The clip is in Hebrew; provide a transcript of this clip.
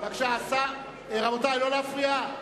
נא לא להפריע.